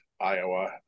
Iowa